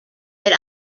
that